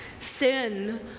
Sin